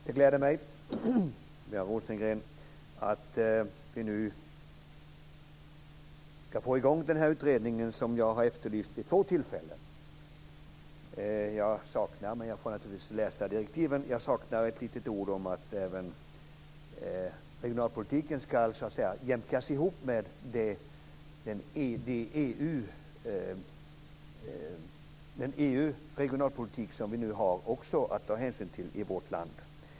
Herr talman! Det gläder mig att det nu är på gång med denna utredning, som jag har efterlyst vid två tillfällen. Jag saknar några ord om hur regionalpolitiken skall jämkas ihop med EU:s regionalpolitik, men det får jag väl läsa senare i direktiven.